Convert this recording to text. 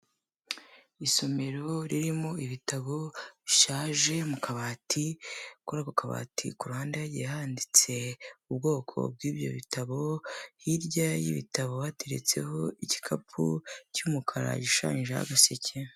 Isomero ririmo ibitabo bishaje mu kabati, kuri ako kabati ku ruhande hagiye handitse ubwoko bw'ibyo bitabo, hirya y'ibitabo hateretseho igikapu cy'umukara gishushanyijeho agaseke.